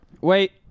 wait